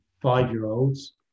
five-year-olds